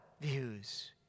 views